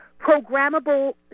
programmable